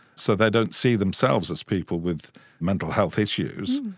so they don't see themselves as people with mental health issues.